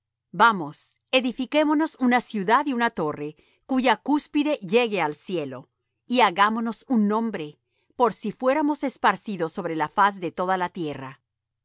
vamos edifiquémonos una ciudad y una torre cuya cúspide llegue al cielo y hagámonos un nombre por si fuéremos esparcidos sobre la faz de toda la tierra